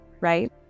right